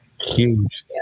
Huge